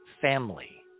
family